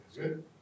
Good